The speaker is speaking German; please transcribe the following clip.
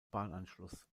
bahnanschluss